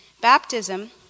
Baptism